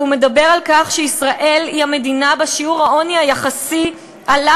והוא מדבר על כך שישראל היא המדינה עם שיעור העוני היחסי שעלה